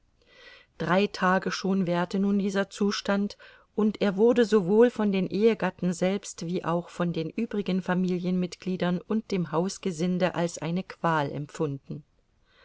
drei tage schon währte nun dieser zustand und er wurde sowohl von den ehegatten selbst wie auch von den übrigen familienmitgliedern und dem hausgesinde als eine qual empfunden